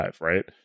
right